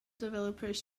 developers